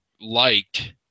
liked